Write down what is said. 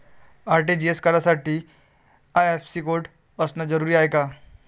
RTGS करासाठी IFSC code असनं जरुरीच हाय का?